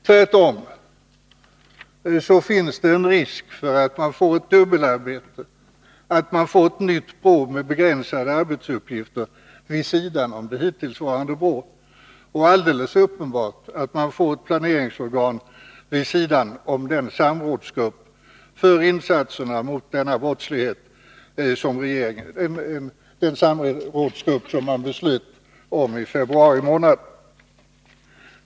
Tvärtom finns det en risk för att man får ett dubbelarbete, att man får ett nytt BRÅ med begränsade arbetsuppgifter vid sidan om det hittillsvarande BRÅ. Alldeles uppenbart är att man får ett planeringsorgan vid sidan av den samrådsgrupp för insatserna mot denna brottslighet som regeringen fattade beslut om i februari.